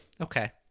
Okay